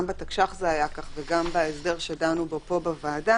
גם בתקש"ח זה היה כך וגם בהסדר שדנו פה בוועדה